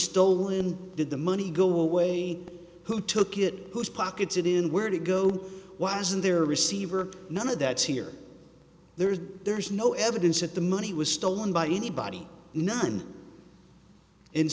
stolen did the money go away who took it whose pockets it in where to go why isn't there receiver none of that is here there is there is no evidence at the money was stolen by anybody none